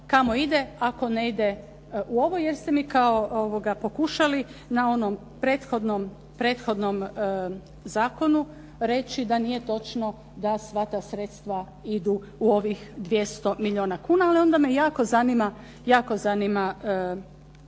kamo ide ako ne ide u ovo jer ste mi pokušali na onom prethodnom zakonu reći da nije točno da sva ta sredstva idu u ovih 200 milijuna kuna ali onda me jako zanima kamo idu.